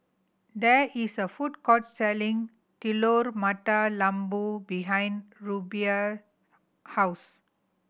there is a food court selling Telur Mata Lembu behind Rubye house